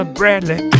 bradley